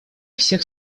всех